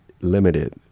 limited